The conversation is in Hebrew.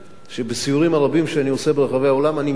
שבסיורים הרבים שאני עושה ברחבי העולם אני מציין